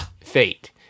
Fate